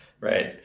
right